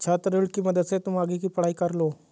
छात्र ऋण की मदद से तुम आगे की पढ़ाई कर लो